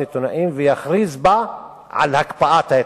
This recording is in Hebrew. עיתונאים ויכריז בה על הקפאת ההתנחלויות.